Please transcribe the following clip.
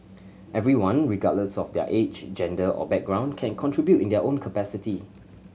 everyone regardless of their age gender or background can contribute in their own capacity